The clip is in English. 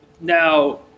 Now